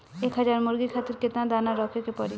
एक हज़ार मुर्गी खातिर केतना दाना रखे के पड़ी?